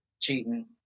cheating